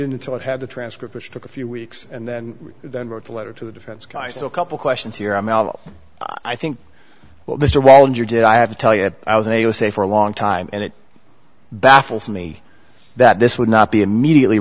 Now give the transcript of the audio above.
until it had the transcript which took a few weeks and then then wrote a letter to the defense guy so a couple questions here i'm all i think well mr wall and you did i have to tell you i was unable to say for a long time and it baffles me that this would not be immediately